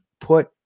put